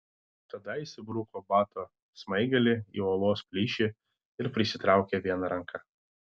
tada jis įbruko bato smaigalį į uolos plyšį ir prisitraukė viena ranka